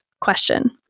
question